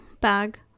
bag